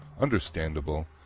understandable